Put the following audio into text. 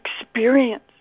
experience